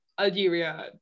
Algeria